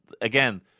again